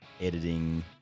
editing